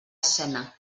escena